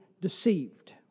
deceived